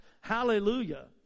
Hallelujah